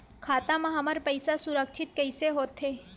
खाता मा हमर पईसा सुरक्षित कइसे हो थे?